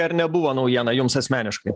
ar nebuvo naujiena jums asmeniškai